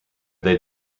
they